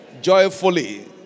Joyfully